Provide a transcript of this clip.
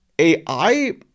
AI